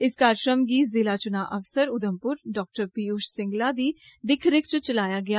इस कार्जक्रम गी जिला चुना अफसर उधमपुर डाक्टर पियूश सिंगला दी दिक्ख रिक्ख च चलाया गेआ